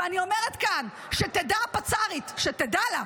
אני אומרת כאן, שתדע הפצ"רית, שתדע לה: